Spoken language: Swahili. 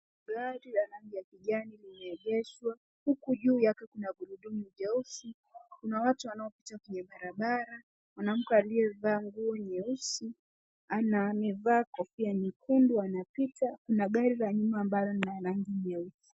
Gari la rangi ya kijani limeegeshwa huku juu yake kuna gurudumu jeusi kuna watu ambao wanaopita kwenye barabara. Mwanamke aliyevaa nguo nyeusi na amevaa kofia nyekundu anapita na gari la nyuma ambalo lina rangi nyeusi.